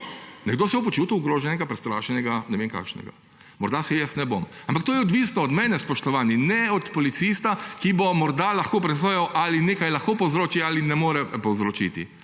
Nekdo se bo počutil ogroženega, prestrašenega, ne vem kakšnega. Morda se jaz ne bom. Ampak to je odvisno od mene, spoštovani, ne od policista, ki bo morda lahko presojal, ali nekaj lahko povzroči ali ne more povzročiti.